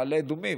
מעלה אדומים,